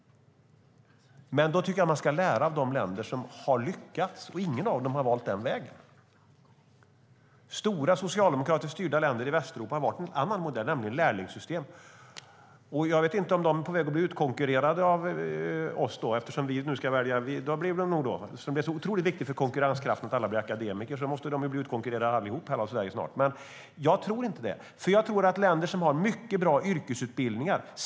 Jag tycker att man ska lära av de länder som har lyckats. Inget av dem har valt den vägen. Stora, socialdemokratiskt styrda länder i Västeuropa har valt en annan modell, nämligen lärlingssystem. Jag vet inte om de är på väg att bli utkonkurrerade av oss. Eftersom det är så otroligt viktigt för konkurrenskraften att alla blir akademiker måste de snart bli utkonkurrerade av Sverige allihop. Men jag tror inte det. Jag tror på länder som har mycket bra yrkesutbildningar.